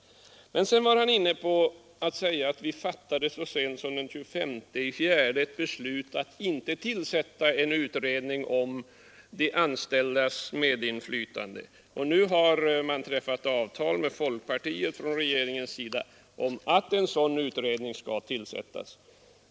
Herr Burenstam Linder talade också om att vi så sent som den 25 april fattade ett beslut om att inte tillsätta en utredning om de anställdas medinflytande men att regeringen nu träffat avtal med folkpartiet om att en sådan utredning skall tillsättas.